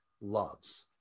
loves